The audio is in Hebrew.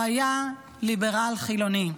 הוא היה ליברל חילוני,